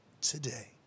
today